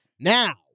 Now